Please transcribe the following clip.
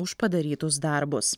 už padarytus darbus